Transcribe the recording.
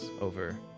over